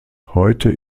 heute